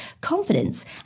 confidence